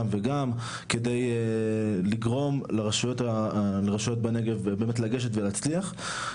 וגם כדי לגרום לרשויות באמת לגשת ולהצליח.